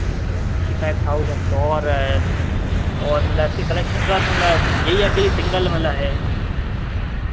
fifty five thousand और और मतलब इसके कलेक्शन मतलब यही अकेले सिंगल वाला है